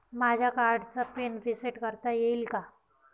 माझ्या कार्डचा pin reset करता येईल का?